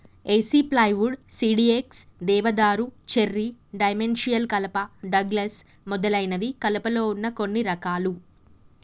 ఏసి plywood, CDX, దేవదారు, cherry, dimensional కలప, Douglas మొదలైనవి కలపలో వున్న కొన్ని రకాలు